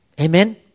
Amen